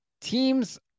teams